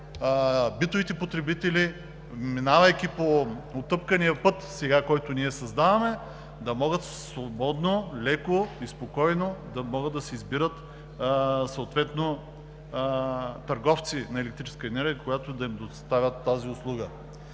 битовите потребители, минавайки по отъпкания път, който ние създаваме сега, да могат свободно, леко и спокойно да си избират съответно търговци на електрическа енергия, които да им доставят тази услуга.